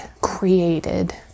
created